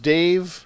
Dave